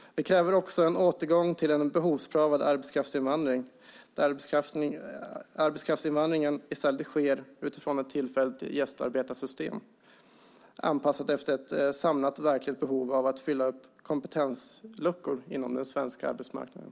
Vi kräver också en återgång till en behovsprövad arbetskraftsinvandring, där arbetskraftsinvandringen i stället sker utifrån ett tillfälligt gästarbetarsystem anpassat efter ett samlat verkligt behov av att fylla upp kompetensluckor på den svenska arbetsmarknaden.